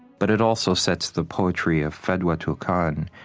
but it also sets the poetry of fadwa tuqan.